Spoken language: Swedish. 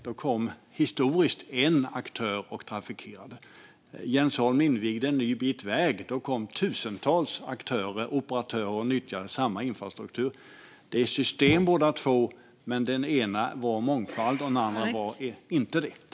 Då kom historiskt en aktör och trafikerade den. Gör tankeexperimentet att Jens Holm invigde en ny bit väg! Då kom tusentals aktörer, operatörer, och nyttjade den infrastrukturen. Det är system båda två, men i det ena var det mångfald och i det andra var det inte det.